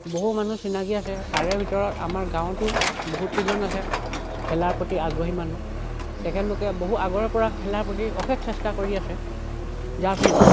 বহু মানুহ চিনাকি আছে তাৰে ভিতৰত আমাৰ গাঁৱতো বহুতকেইজন আছে খেলাৰ প্ৰতি আগ্ৰহী মানুহ তেখেতলোকে বহু আগৰে পৰা খেলাৰ প্ৰতি অশেষ চেষ্টা কৰি আছে যাৰ ফলত